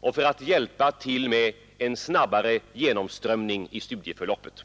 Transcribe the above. och för att hjälpa till med en snabbare genomströmning i studieförloppet.